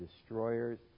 destroyers